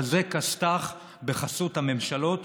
אבל זה כסת"ח בחסות הממשלות,